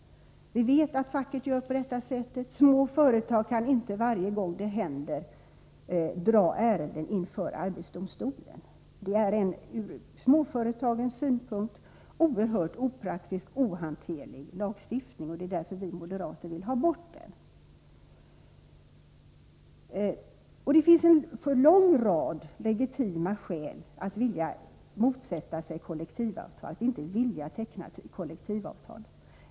Vi vet att facket agerar på detta sätt, och små företag kan inte, varje gång sådant här händer, dra ärendet inför arbetsdomstolen. Lagstiftningen är från småföretagens synpunkt oerhört opraktisk och ohanterlig. Det är därför vi moderater vill ha bort den. Det finns en lång rad legitima skäl för företagen att inte vilja teckna kollektivavtal.